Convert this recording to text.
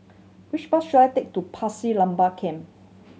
which bus should I take to Pasir Laba Camp